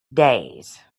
days